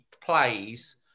plays